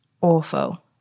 awful